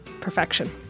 perfection